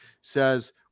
says